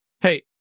Hey